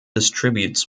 distributes